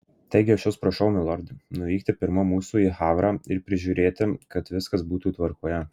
taigi aš jus prašau milorde nuvykti pirma mūsų į havrą ir prižiūrėti kad viskas būtų tvarkoje